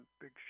big